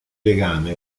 legame